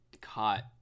caught